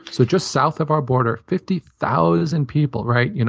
so just south of our border, fifty thousand people. right? you know